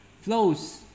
flows